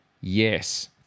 yes